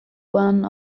one